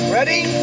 Ready